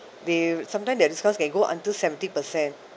they sometimes their discounts can go until seventy percent